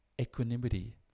equanimity